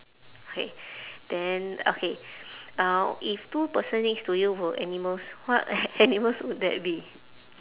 okay then okay uh if two person next to you were animals what a~ animals would they be